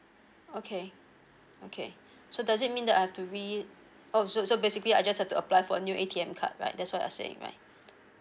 okay okay so does it mean that I have to re oh so so basically I just have to apply for new A_T_M card right that's what I saying right